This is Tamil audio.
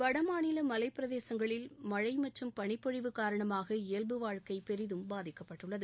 வடமாநில மலைப்பிரதேசங்களில் மழை மற்றும் பனிப்பொழிவு காரணமாக இயல்பு வாழ்க்கை பெரிதும் பாதிக்கப்பட்டுள்ளது